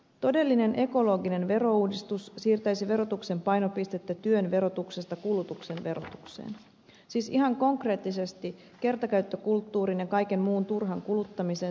todellinen ekologinen verouudistus siirtäisi verotuksen painopistettä työn verotuksesta kulutuksen verotukseen siis ihan konkreettisesti kertakäyttökulttuurin ja kaiken muun turhan kuluttamisen sekä saastuttamisen verottamiseen